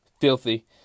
Filthy